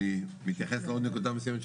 אני מתייחס לעוד נקודה מסוימת,